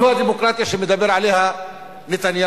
זו הדמוקרטיה שמדבר עליה נתניהו,